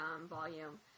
volume